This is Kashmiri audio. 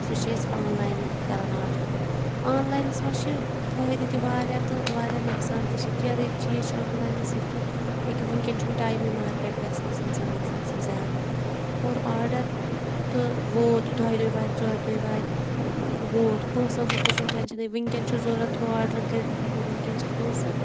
سُہ چھِ أسۍ آنلاین کَران آرڈَر آنلاینَس منٛز چھِ فٲہِدٕ تہِ واریاہ تہٕ واریاہ نۄقصان تہِ چھِ کینٛہہ رٔتۍ چیٖز چھِ آنلاینَس یہِ کہِ أکیٛاہ وٕنکٮ۪ن چھُنہٕ ٹایمٕے مارکیٹ گژھنَس اِنسانَس آسان زیادٕ کوٚر آرڈَر تہٕ ووت دۄیہِ دۄہہِ واتہِ ژورِ دۄہہ واتہِ ووت پٲنٛسَن ہُنٛد تہِ چھِنہٕ ٹٮ۪نشَنٕے وٕنکٮ۪ن چھِ ضوٚرَتھ ہُہ آرڈَر کٔرِتھ اگر نہٕ وٕنکٮ۪ن چھِ پونٛسہٕ